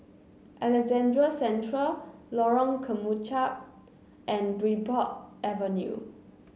Alexandra Central Lorong Kemunchup and Bridport Avenue